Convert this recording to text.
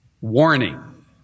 warning